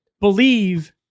believe